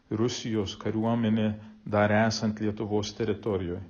rusijos kariuomenė dar esant lietuvos teritorijoje